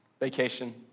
Vacation